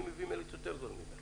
כי היא מביאה מלט טוב יותר.